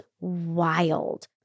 wild